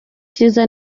cyiza